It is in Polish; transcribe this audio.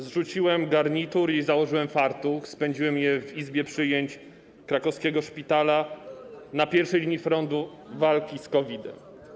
Zrzuciłem garnitur, założyłem fartuch i ostatnie tygodnie spędziłem w izbie przyjęć krakowskiego szpitala na pierwszej linii frontu walki z COVID-em.